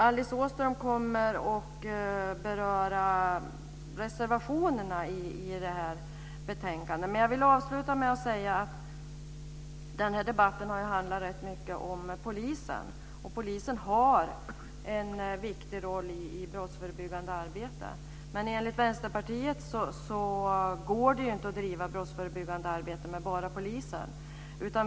Alice Åström kommer att beröra reservationerna i betänkandet. Jag vill avsluta med att säga att debatten har handlat rätt mycket om polisen. Polisen har en viktig roll i det brottsförebyggande arbetet. Men enligt Vänsterpartiet går det inte att bedriva brottsförebyggande arbete med bara polisen.